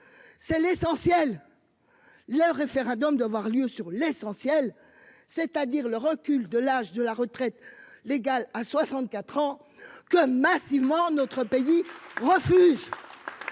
C'est l'essentiel. Le référendum doit avoir lieu sur l'essentiel, c'est-à-dire le recul de l'âge de la retraite légal à 64 ans que massivement notre pays refuse.